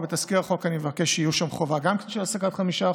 ובתזכיר החוק אני מבקש שתהיה גם שם חובה של העסקת 5%,